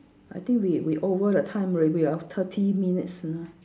I think we we over the time we we have thirty minutes you know